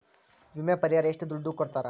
ವಿಮೆ ಪರಿಹಾರ ಎಷ್ಟ ದುಡ್ಡ ಕೊಡ್ತಾರ?